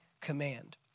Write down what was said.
command